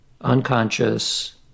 unconscious